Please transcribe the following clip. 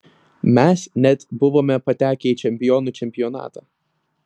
mes net buvome patekę į čempionų čempionatą